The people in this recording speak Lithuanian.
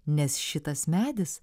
nes šitas medis